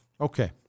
Okay